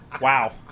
Wow